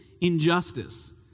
injustice